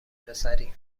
پسری